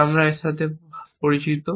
যা আমরা এবং এর সাথে পরিচিত